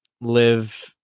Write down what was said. live